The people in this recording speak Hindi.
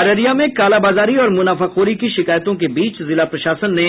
अररिया में कालाबाजारी और मुनाफाखोरी की शिकायतों के बीच जिला प्रशासन ने